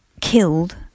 killed